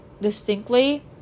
distinctly